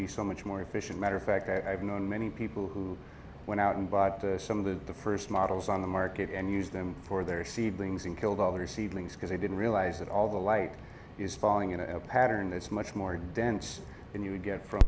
be so much more efficient matter of fact i have known many people who went out and bought some of the first models on the market and use them for their seedlings and killed other seedlings because i didn't realize that all the light is falling into a pattern that's much more dense than you would get from